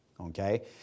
okay